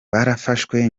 barafashwe